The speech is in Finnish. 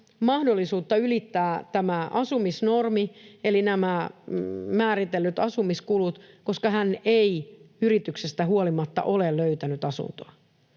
mahdollisuutta ylittää tämä asumisnormi eli nämä määritellyt asumiskulut, koska hän ei yrityksestä huolimatta ole löytänyt asuntoa.